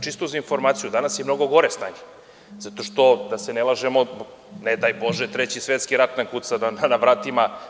Čisto za informaciju, danas je mnogo gore stanje zato što, da se ne lažemo, ne daj Bože, treći svetski rat nam kuca na vratima.